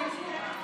כן.